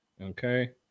Okay